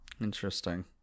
Interesting